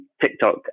TikTok